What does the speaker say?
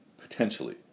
potentially